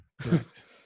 Correct